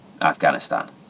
Afghanistan